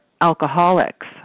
alcoholics